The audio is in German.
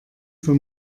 für